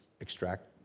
extract